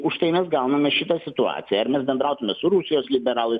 už tai mes gauname šitą situaciją ar mes bendrautume su rusijos liberalais